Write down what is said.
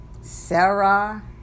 Sarah